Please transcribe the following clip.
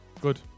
good